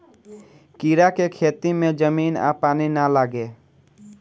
कीड़ा के खेती में जमीन आ पानी ना लागे